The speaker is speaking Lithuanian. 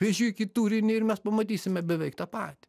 vežik į turinį ir mes pamatysime beveik tą patį